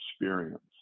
experience